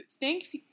Thanks